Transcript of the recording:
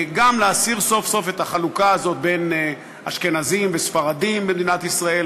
גם להסיר סוף-סוף את החלוקה הזאת בין אשכנזים וספרדים במדינת ישראל.